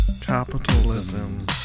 Capitalism